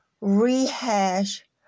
rehash